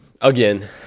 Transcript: again